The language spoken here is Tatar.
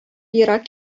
ерак